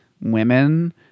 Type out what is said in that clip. women